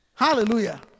Hallelujah